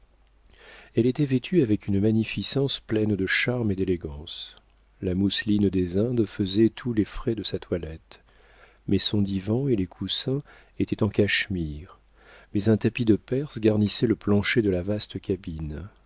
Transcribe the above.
elle était vêtue avec une magnificence pleine de charme et d'élégance la mousseline des indes faisait tous les frais de sa toilette mais son divan et les coussins étaient en cachemire mais un tapis de perse garnissait le plancher de la vaste cabine